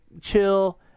chill